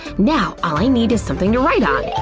now all i need is something to write on.